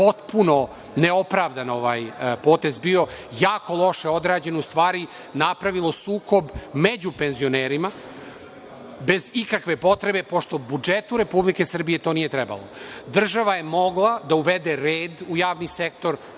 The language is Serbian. potpuno neopravdan ovaj potez bio, jako loše odrađen i u stvari napravilo sukob među penzionerima bez ikakve potrebe, pošto budžetu Republike Srbije to nije trebalo. Država je mogla da uvede red u javni sektor.